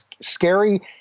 scary